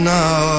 now